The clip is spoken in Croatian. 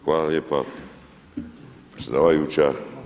Hvala lijepa predsjedavajuća.